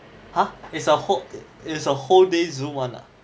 !huh! it's a whole is a whole day zoom one ah